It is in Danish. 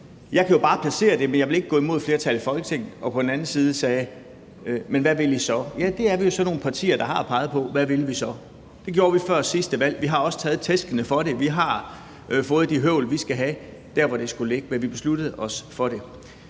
Jeg kunne jo bare placere det, men jeg vil ikke gå imod et flertal i Folketinget. Og på den anden side sagde han: Men hvad vil I så? Det er vi jo så nogle partier der har peget på, altså hvad vi så vil. Det gjorde vi før sidste valg, og vi har også taget tæskene for det. Vi har fået de høvl, vi skal have, i forhold til hvor det skulle ligge. Men vi besluttede os for det.